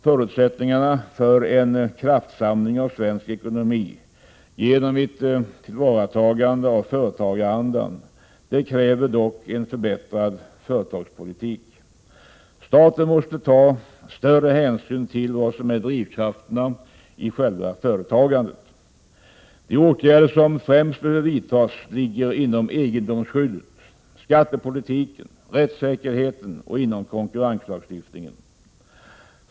Förutsättningarna för en kraftsamling av svensk ekonomi genom ett tillvaratagande av företagarandan kräver dock en förbättrad företagspolitik: Staten måste ta större hänsyn till vad som är drivkrafterna i själva företagandet. De åtgärder som främst behöver vidtas ligger inom egendomsskyddet, skattepolitiken, rättssäkerheten och inom konkurrenslagstiftningen.